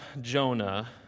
Jonah